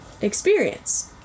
experience